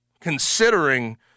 considering